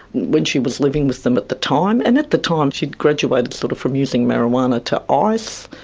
when she was living with them at the time. and at the time she'd graduated sort of from using marijuana to ice,